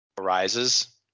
arises